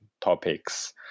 topics